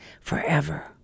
forever